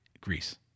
Greece